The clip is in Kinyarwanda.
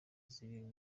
zirimo